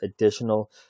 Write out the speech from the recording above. additional